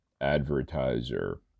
advertiser